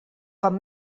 com